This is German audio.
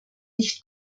nicht